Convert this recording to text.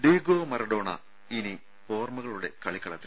Diego Maradona ഇനി ഓർമ്മകളുടെ കളിക്കള ത്തിൽ